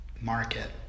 market